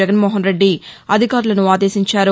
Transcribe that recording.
జగన్నోహన్ రెడ్డి అధికారులను ఆదేశించారు